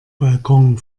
balkon